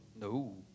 No